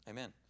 Amen